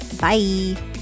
Bye